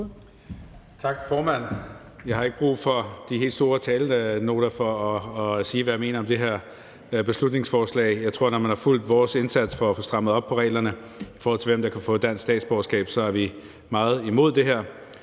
Tak, formand. Jeg har ikke brug for de helt store talenoter for at sige, hvad jeg mener om det her beslutningsforslag. Jeg tror, at man, hvis man har fulgt vores indsats for at få strammet op på reglerne for, hvem der kan få dansk statsborgerskab, ved, at vi er meget imod det her.